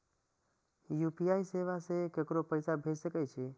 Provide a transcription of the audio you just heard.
UPI सेवा से ककरो पैसा भेज सके छी?